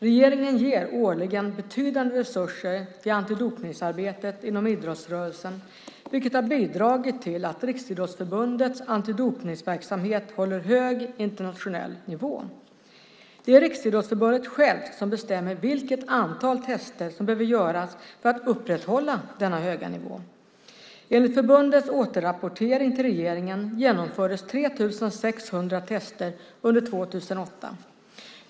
Regeringen ger årligen betydande resurser till antidopningsarbetet inom idrottsrörelsen, vilket har bidragit till att Riksidrottsförbundets antidopningsverksamhet håller hög internationell nivå. Det är Riksidrottsförbundet självt som bestämmer vilket antal tester som behöver göras för att upprätthålla denna höga nivå. Enligt förbundets återrapportering till regeringen genomfördes 3 600 tester under 2008.